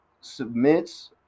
submits